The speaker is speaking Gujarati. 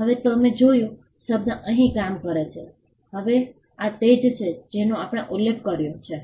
હવે તમે જોયું શબ્દ અહીં કામ કરે છે હવે આ તે જ છે જેનો આપણે ઉલ્લેખ કર્યો છે